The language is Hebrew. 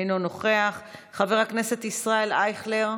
אינו נוכח, חבר הכנסת ישראל אייכלר,